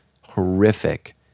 horrific